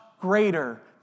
greater